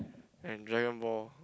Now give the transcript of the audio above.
and Dragon Ball